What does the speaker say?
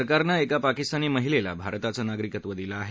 सरकारनं एका पाकिस्तानी महिलेला भारताचं नागरिकत्व दिलं आहे